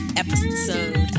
episode